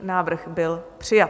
Návrh byl přijat.